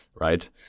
right